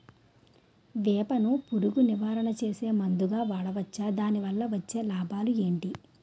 వేప ను పురుగు నివారణ చేసే మందుగా వాడవచ్చా? దాని వల్ల వచ్చే లాభాలు ఏంటి?